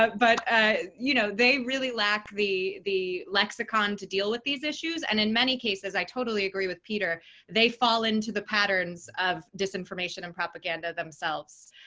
but but ah you know they really lack the the lexicon to deal with these issues. and in many cases i totally agree with peter they fall into the patterns of disinformation and propaganda themselves.